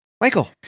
Michael